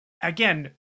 again